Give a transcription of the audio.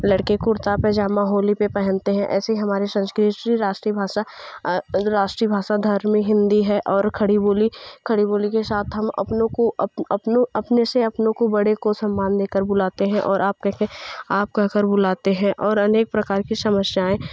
लड़के कुर्ता पैजामा होली पे पहनते हैं ऐसी हमारे संस्कृति राष्ट्रीय भाषा राष्ट्रीय भाषा धर्म हिंदी है और खड़ी बोली खड़ी बोली के साथ हम अपनों को अपने अपने से अपनों को बड़े को सम्मान देकर बुलाते हैं और आप कहके आप कहकर बुलाते हैं और अनेक प्रकार की समस्याएँ